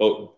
oh